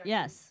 Yes